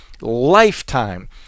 lifetime